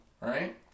right